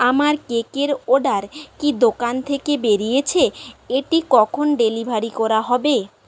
আমার কেকের অর্ডার কি দোকান থেকে বেরিয়েছে এটি কখন ডেলিভারি করা হবে